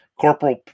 corporal